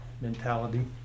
mentality